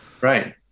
Right